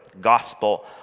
gospel